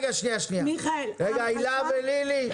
הילה ולילי,